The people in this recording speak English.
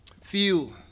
feel